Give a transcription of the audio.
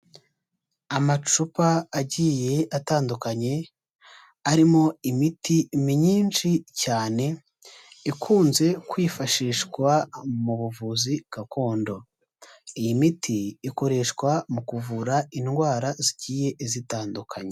Amacupa agiye atandukanye, arimo imiti myinshi cyane, ikunze kwifashishwa mu buvuzi gakondo, iyi miti ikoreshwa mu kuvura indwara zigiye zitandukanye.